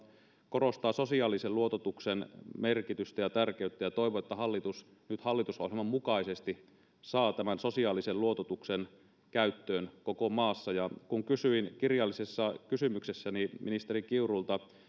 korostaa sosiaalisen luototuksen merkitystä ja tärkeyttä ja toivon että hallitus nyt hallitusohjelman mukaisesti saa tämän sosiaalisen luototuksen käyttöön koko maassa kun kysyin kirjallisessa kysymyksessäni ministeri kiurulta